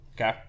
okay